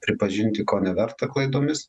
pripažinti ko neverta klaidomis